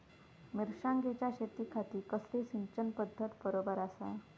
मिर्षागेंच्या शेतीखाती कसली सिंचन पध्दत बरोबर आसा?